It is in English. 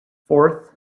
fourth